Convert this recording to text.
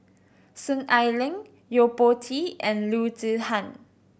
Soon Ai Ling Yo Po Tee and Loo Zihan